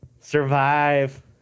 Survive